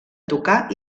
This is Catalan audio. tocar